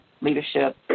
leadership